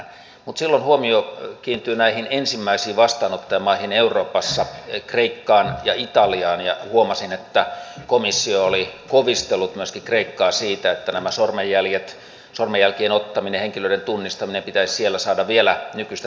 mutta silloin huomio kiinnittyy näihin ensimmäisiin vastaanottajamaihin euroopassa kreikkaan ja italiaan ja huomasin että komissio oli kovistellut myöskin kreikkaa siitä että sormenjälkien ottaminen henkilöiden tunnistaminen pitäisi siellä saada vielä nykyistä tehokkaammaksi